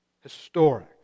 historic